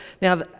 Now